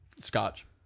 Scotch